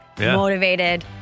Motivated